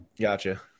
Gotcha